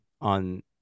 on